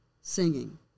singing